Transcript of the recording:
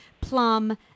plum